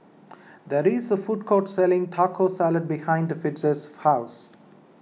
there is a food court selling Taco Salad behind Fritz's house